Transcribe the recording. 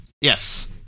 Yes